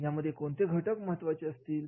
यामध्ये कोणते घटक महत्त्वाचे असतील